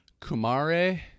Kumare